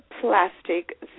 plastic